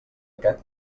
aquest